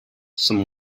some